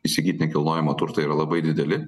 įsigyt nekilnojamą turtą yra labai dideli